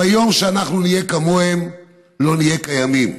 ביום שאנחנו נהיה כמוהם לא נהיה קיימים.